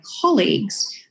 colleagues